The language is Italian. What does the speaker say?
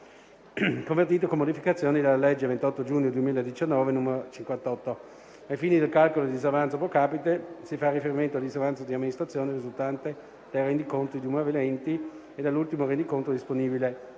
convertito con modificazioni dalla legge 28 giugno 2019, n. 58. Ai fini del calcolo del disavanzo *pro capite,* si fa riferimento al disavanzo di amministrazione risultante dai rendiconti 2020 o dall'ultimo rendiconto disponibile,